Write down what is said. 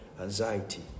anxiety